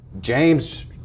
James